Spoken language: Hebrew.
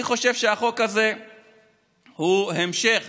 אני חושב שהחוק הזה הוא המשך